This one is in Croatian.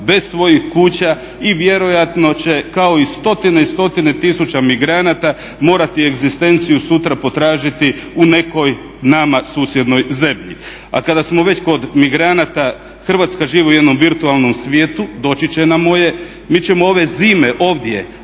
bez svojih kuća i vjerojatno će kao i stotine i stotine tisuća migranata morati egzistenciju sutra potražiti u nekoj nama susjednoj zemlji. A kada smo već kod migranata, Hrvatska živi u jednom virtualnom svijetu, doći će na moje, mi ćemo ove zime ovdje